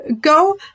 Go